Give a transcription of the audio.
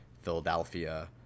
Philadelphia